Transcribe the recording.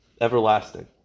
everlasting